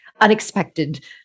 unexpected